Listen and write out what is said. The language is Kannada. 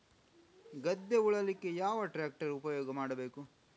ಗದ್ದೆ ಉಳಲಿಕ್ಕೆ ಯಾವ ಟ್ರ್ಯಾಕ್ಟರ್ ಉಪಯೋಗ ಮಾಡಬೇಕು?